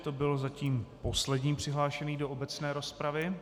To byl zatím poslední přihlášený do obecné rozpravy.